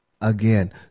again